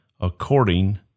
according